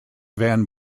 van